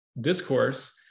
discourse